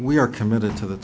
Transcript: we are committed to the